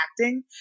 acting